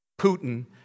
Putin